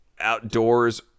outdoors